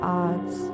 odds